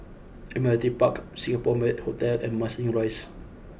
Admiralty Park Singapore Marriott Hotel and Marsiling Rise